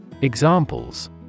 Examples